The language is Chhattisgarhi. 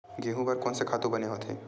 गेहूं बर कोन से खातु बने होथे?